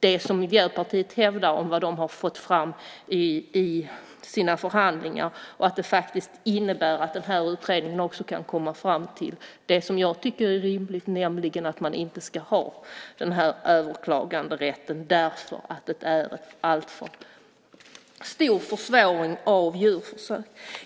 det som Miljöpartiet hävdar att partiet har fått fram i sina förhandlingar och att det innebär att den här utredningen också kan komma fram till det som jag tycker är rimligt, nämligen att man inte ska ha den här överklaganderätten. Den innebär ett alltför stort försvårande av djurförsök.